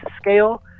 scale